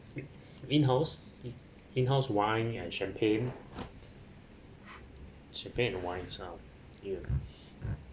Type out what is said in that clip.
in in-house in-house wine and champagne japan wines ah ya